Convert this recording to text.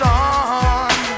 on